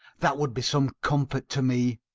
that would be some comfort to me,